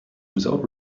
without